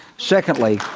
secondly,